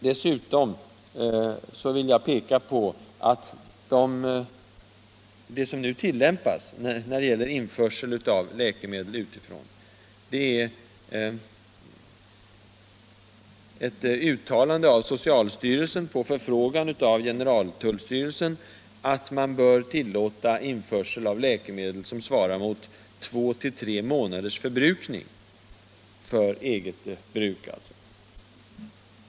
Dessutom vill jag framhålla att de regler som nu tillämpas när det gäller införsel av läkemedel utifrån föranleds av ett uttalande av socialstyrelsen efter en förfrågan av generaltullstyrelsen att det bör vara tillåtet att införa läkemedel som motsvarar två å tre månaders förbrukning.